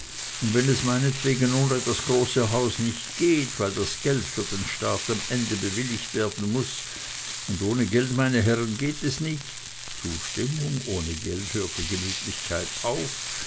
und wenn es meinetwegen ohne das große haus nicht geht weil das geld für den staat am ende bewilligt werden muß und ohne geld meine herren geht es nicht zustimmung ohne geld hört die gemütlichkeit auf